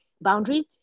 boundaries